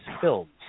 films